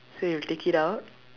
so you take it out